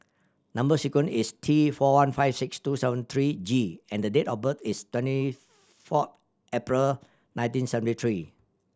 number sequence is T four one five six two seven three G and the date of birth is twenty four April nineteen seventy three